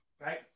right